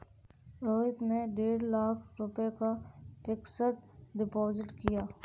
रोहित ने डेढ़ लाख रुपए का फ़िक्स्ड डिपॉज़िट किया